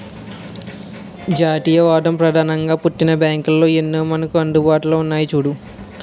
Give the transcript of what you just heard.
జాతీయవాదం ప్రధానంగా పుట్టిన బ్యాంకులు ఎన్నో మనకు అందుబాటులో ఉన్నాయి చూడు